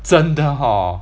真的 hor